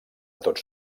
tots